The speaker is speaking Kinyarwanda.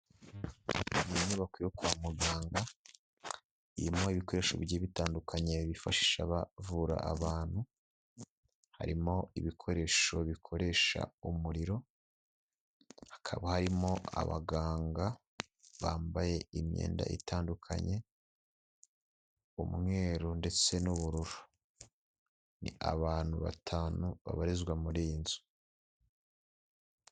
Iyi nyubako yo kwa muganga, irimo ibikoresho bigiye bitandukanye bifashisha bavura abantu, harimo ibikoresho bikoresha umuriro, hakaba harimo abaganga bambaye imyenda itandukanye, umweru ndetse n'ubururu, ni abantu batanu babarizwa muri iyi nzu.